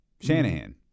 Shanahan